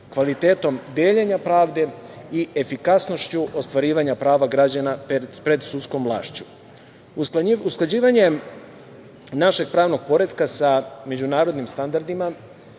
kvalitetom deljenja pravde i efikasnošću ostvarivanja prava građana pred sudskom vlašću. Usklađivanjem našeg pravnog poretka sa međunarodnim standardima